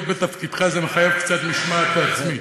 להיות בתפקידך זה מחייב קצת משמעת עצמית.